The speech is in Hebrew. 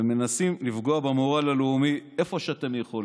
ומנסים לפגוע במורל הלאומי איפה שאתם יכולים,